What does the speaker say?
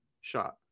shot